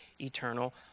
eternal